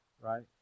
right